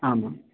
आम् आम्